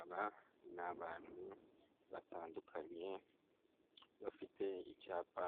Aba ni abantu batandukanye, bafite icyapa